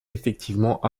effectivement